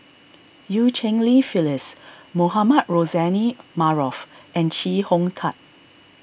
Eu Cheng Li Phyllis Mohamed Rozani Maarof and Chee Hong Tat